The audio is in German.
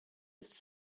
ist